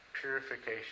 purification